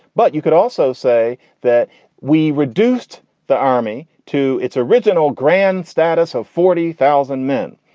but you could also say that we reduced the army to its original grand status of forty thousand men.